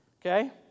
okay